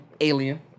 alien